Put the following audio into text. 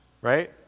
right